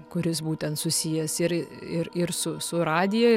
kuris būtent susijęs ir ir ir su su radija